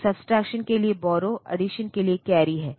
तो सबस्ट्रक्शन के लिए बोर्रो अड्डीसन के लिए एक कैरी है